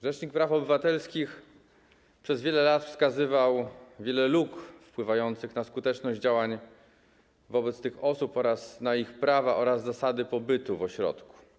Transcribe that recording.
Rzecznik praw obywatelskich przez wiele lat wskazywał wiele luk wpływających na skuteczność działań wobec tych osób oraz na ich prawa i zasady pobytu w ośrodku.